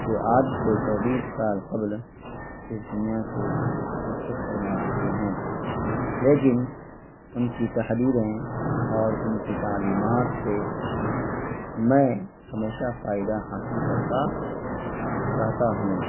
جو آج سے چوبیس سال قبل اس دنیا سے رخصت فرما چکے ہیں لیکن ان کی تحریریں اور ان کی تعلیمات سے میں ہمیشہ فائدہ حاصل کرتا رہتا ہوں